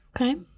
okay